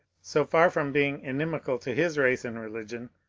so far from being inimical to his race and religion,